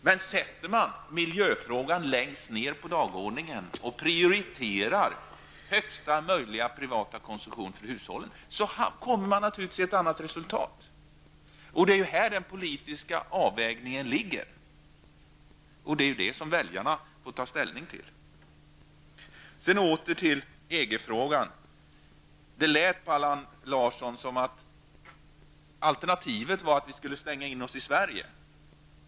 Men sätter man miljöfrågan längst ned på dagordningen och prioriterar högsta möjliga privata konsumtion för hushållen, då kommer man att naturligtvis till ett annat resultat. Det är här den politiska avvägningen ligger, och det är detta som väljarna får ta ställning till. Sedan åter till EG-frågan. Det lät på Allan Larsson som att alternativet var att vi skulle stänga in oss i Sverige.